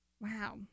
Wow